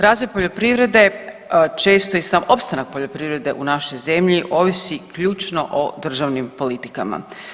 Razvoj poljoprivrede, često i sam opstanak poljoprivrede u našoj zemlji ovisi ključno o državnim politikama.